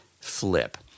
flip